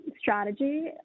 strategy